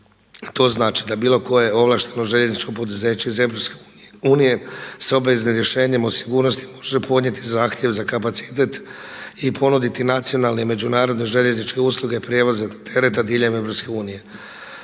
to znači da bilo koje ovlašteno željezničko poduzeće iz EU sa obveznim rješenjem o sigurnosti može podnijeti zahtjev za kapacitet i ponuditi nacionalne željezničke usluge prijevoza tereta diljem EU.